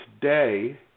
today